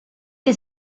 que